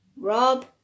Rob